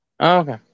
Okay